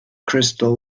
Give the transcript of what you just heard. crystal